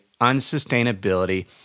unsustainability